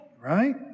right